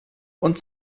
und